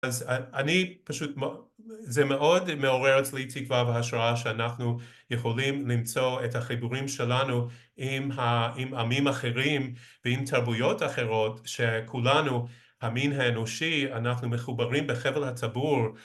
אז אני פשוט... זה מאוד מעורר אצלי תקווה והשראה שאנחנו יכולים למצוא את החיבורים שלנו עם עמים אחרים, ועם תרבויות אחרות, שכולנו, המין האנושי, אנחנו מחוברים בחבל התבור.